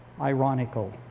ironical